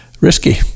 risky